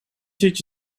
zit